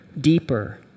deeper